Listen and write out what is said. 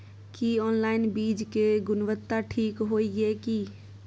की online बीज के गुणवत्ता ठीक होय ये की?